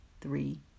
three